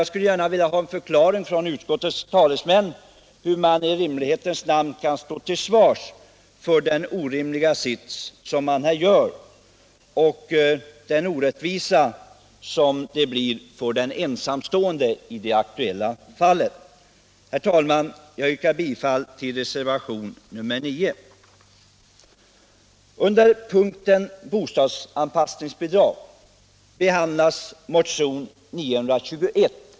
Jag skulle gärna vilja ha en förklaring från utskottets talesmän hur man kan stå till svars för den orimliga sits som man här har intagit och den orättvisa som det blir för den ensamstående i det aktuella fallet. Herr talman! Jag yrkar bifall till reservationen 9. Under punkten Bostadsanpassningsbidrag behandlas motionen 921.